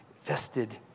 vested